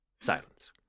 Silence